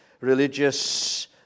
religious